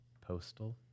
Postal